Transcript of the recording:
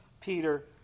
Peter